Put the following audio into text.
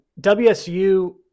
WSU